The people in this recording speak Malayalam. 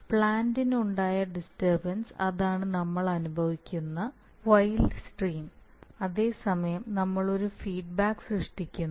പ്ലാന്റിനുണ്ടായ ഡിസ്റ്റർബൻസ് അതാണ് നമ്മൾ അനുഭവിക്കുന്ന വൈൽഡ് സ്ട്രീം അതേ സമയം നമ്മൾ ഒരു ഫീഡ്ബാക്ക് സൃഷ്ടിക്കുന്നു